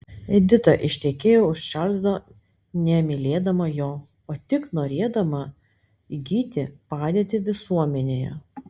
edita ištekėjo už čarlzo nemylėdama jo o tik norėdama įgyti padėtį visuomenėje